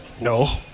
no